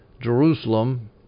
Jerusalem